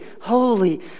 holy